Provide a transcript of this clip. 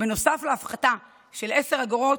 בנוסף להפחתה של 10 אגורות,